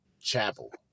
Chapel